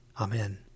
Amen